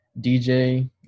DJ